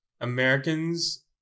Americans